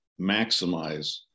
maximize